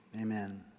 Amen